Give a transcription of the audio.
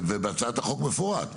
ובהצעת החוק מפורט,